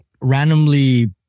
randomly